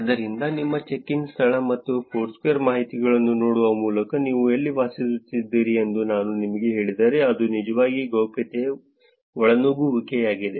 ಆದ್ದರಿಂದ ನಿಮ್ಮ check in ಸ್ಥಳ ಮತ್ತು ಫೋರ್ಸ್ಕ್ವೇರ್ ಮಾಹಿತಿಯನ್ನು ನೋಡುವ ಮೂಲಕ ನೀವು ಎಲ್ಲಿ ವಾಸಿಸುತ್ತಿದ್ದೀರಿ ಎಂದು ನಾನು ನಿಮಗೆ ಹೇಳಿದರೆ ಅದು ನಿಜವಾಗಿ ಗೌಪ್ಯತೆ ಒಳನುಗ್ಗುವಿಕೆಯಾಗಿದೆ